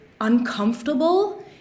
uncomfortable